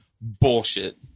bullshit